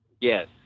Yes